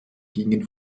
gingen